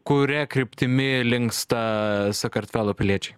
kuria kryptimi linksta sakartvelo piliečiai